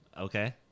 Okay